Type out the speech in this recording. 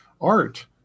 Art